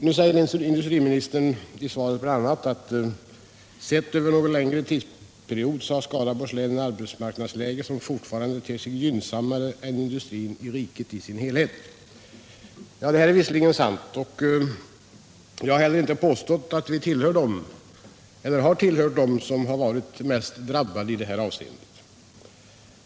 Nu säger industriministern i svaret bl.a.: ”Sett över en något längre tidsperiod har Skaraborgs län ett arbetsmarknadsläge som fortfarande ter sig gynnsammare än situationen i riket som helhet.” Det är visserligen sant, och jag har inte heller påstått att vi har tillhört eller tillhör dem som är mest drabbade i det här avseendet.